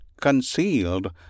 concealed